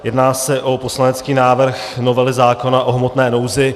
Jedná se o poslanecký návrh novely zákona o hmotné nouzi.